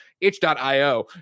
itch.io